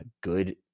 good